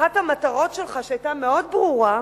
אחת המטרות שלך, שהיתה מאוד ברורה,